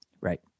Right